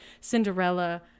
Cinderella